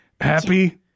Happy